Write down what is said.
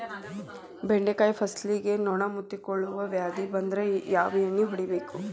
ಬೆಂಡೆಕಾಯ ಫಸಲಿಗೆ ನೊಣ ಮುತ್ತಿಕೊಳ್ಳುವ ವ್ಯಾಧಿ ಬಂದ್ರ ಯಾವ ಎಣ್ಣಿ ಹೊಡಿಯಬೇಕು?